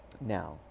Now